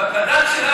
אמרתי שיש לך לב טוב.